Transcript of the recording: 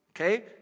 Okay